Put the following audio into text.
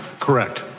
correct.